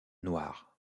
noire